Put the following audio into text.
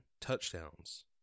touchdowns